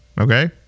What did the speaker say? Okay